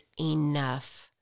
enough